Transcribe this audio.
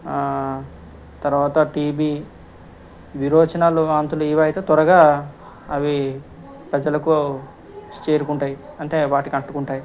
తర్వాత T B విరోచనాలు వాంతులు ఇవైతే త్వరగా అవి ప్రజలకు చేరుకుంటాయి అంటే వాటికి అంటుకుంటాయి